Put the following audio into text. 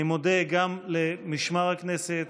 אני מודה גם למשמר הכנסת,